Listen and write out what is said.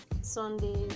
Sunday